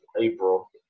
April